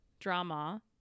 Drama